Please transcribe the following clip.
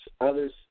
Others